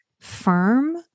firm